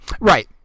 Right